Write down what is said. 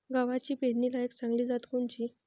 गव्हाची पेरनीलायक चांगली जात कोनची?